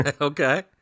okay